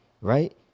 right